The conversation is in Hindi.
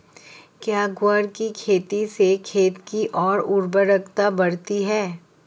क्या ग्वार की खेती से खेत की ओर उर्वरकता बढ़ती है?